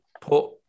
put